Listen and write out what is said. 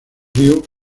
río